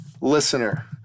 listener